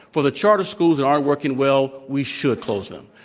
for the charter schools that aren't working well, we should close them.